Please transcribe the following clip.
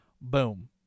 boom